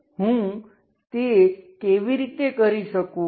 તો હું તે કેવી રીતે કરી શકું